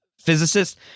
physicist